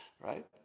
right